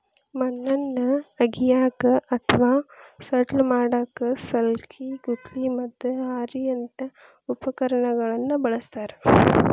ಮಣ್ಣನ್ನ ಅಗಿಯಾಕ ಅತ್ವಾ ಸಡ್ಲ ಮಾಡಾಕ ಸಲ್ಕಿ, ಗುದ್ಲಿ, ಮತ್ತ ಹಾರಿಯಂತ ಉಪಕರಣಗಳನ್ನ ಬಳಸ್ತಾರ